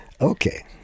Okay